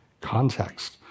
context